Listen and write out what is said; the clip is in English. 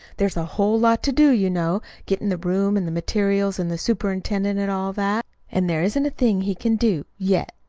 there's a whole lot to do, you know getting the room and the materials and the superintendent, and all that and there isn't a thing he can do yet.